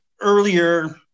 earlier